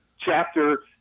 chapter